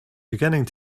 beginning